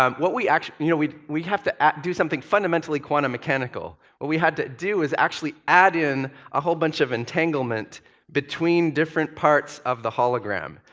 um what we actually, you know, we we have to do something fundamentally quantum mechanical. what we had to do is actually add in a whole bunch of entanglement between different parts of the hologram.